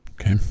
Okay